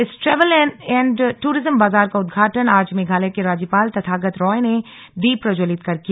इस travel and tourism बाजार का उद्घाटन आज मेघालय के राज्यपाल तथागत रॉय ने दीप प्रज्ज्वलित कर किया